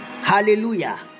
Hallelujah